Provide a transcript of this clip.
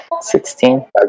Sixteen